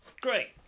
Great